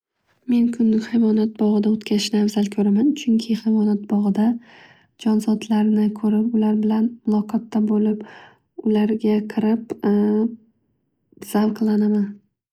Men kunni hayvonot bog'ida o'tkazishni avzal ko'raman. Chunki hayvonot bog'ida jonzotlarni ko'rib ular bilan muloqotda bo'lib ularga qarab zavq olaman.